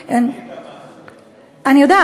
כרגע,